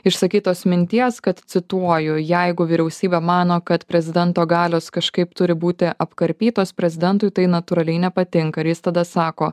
išsakytos minties kad cituoju jeigu vyriausybė mano kad prezidento galios kažkaip turi būti apkarpytos prezidentui tai natūraliai nepatinka ir jis tada sako